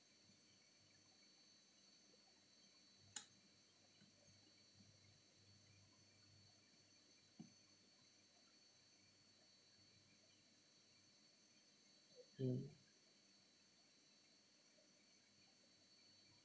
mm